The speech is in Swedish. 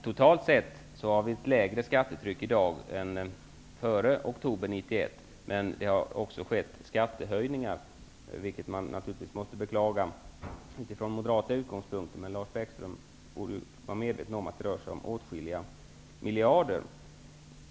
Totalt sett har vi i dag ett lägre skattetryck än vi hade före oktober 1991, men det har också skett skattehöjningar, vilket man naturligtvis från moderata utgångspunkter måste beklaga. Men Lars Bäckström borde vara medveten om att det rör sig om åtskilliga miljarder.